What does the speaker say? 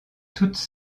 toutes